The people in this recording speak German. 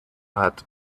hat